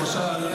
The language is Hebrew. למשל,